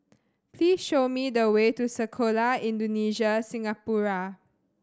please show me the way to Sekolah Indonesia Singapura